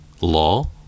law